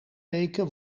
weken